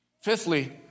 Fifthly